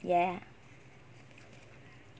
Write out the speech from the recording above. ya